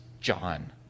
John